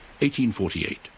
1848